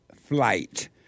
flight